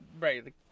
Right